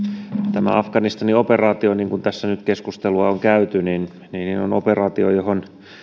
tämä afganistanin operaatio kuten tässä nyt keskustelua on käyty on operaatio johon